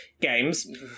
Games